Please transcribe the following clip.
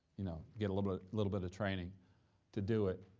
you know, get a little little bit of training to do it,